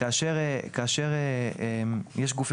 יש גופים